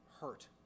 hurt